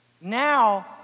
Now